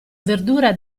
verdura